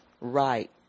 right